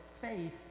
faith